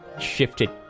shifted